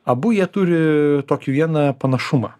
abu jie turi tokį vieną panašumą